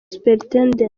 supt